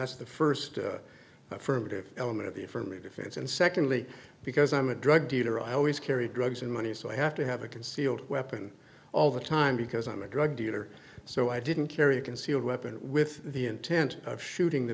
that's the first affirmative element of the for me defense and secondly because i'm a drug dealer i always carry drugs and money so i have to have a concealed weapon all the time because i'm a drug dealer so i didn't carry a concealed weapon with the intent of shooting the